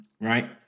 right